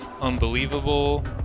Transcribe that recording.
unbelievable